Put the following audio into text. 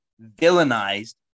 villainized